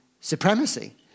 Supremacy